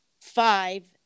five